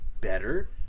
better